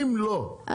אם לא,